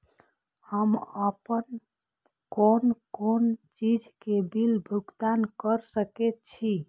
हम आपन कोन कोन चीज के बिल भुगतान कर सके छी?